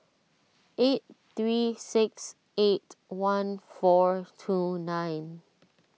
eight three six eight one four two nine